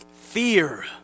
Fear